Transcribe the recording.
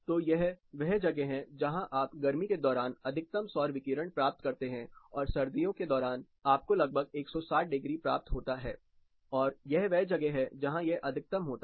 तो यह वह जगह है जहां आप गर्मी के दौरान अधिकतम सौर विकिरण प्राप्त करते हैं और सर्दियों के दौरान आपको लगभग 160 डिग्री प्राप्त होता है और यह वह जगह है जहां यह अधिकतम होता है